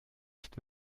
ist